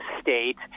state